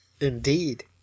Indeed